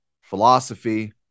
philosophy